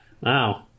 Wow